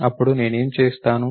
అప్పుడు నేనేం చేస్తాను